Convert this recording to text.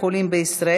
הצעת חוק העונשין (תיקון מס' 130)